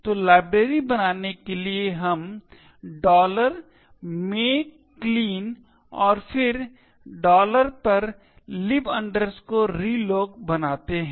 तो लाइब्रेरी बनाने के लिए हम make clean और फिर lib reloc बनाते हैं